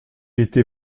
était